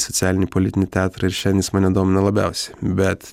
socialinį politinį teatrą ir šiandien jis mane domina labiausiai bet